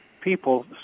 people